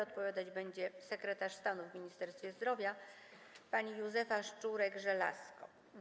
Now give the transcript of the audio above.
Odpowiadać będzie sekretarz stanu w Ministerstwie Zdrowia pani Józefa Szczurek-Żelazko.